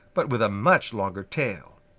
but with a much longer tail.